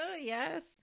Yes